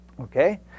Okay